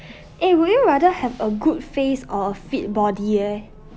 eh would you rather have a good face or a fit body leh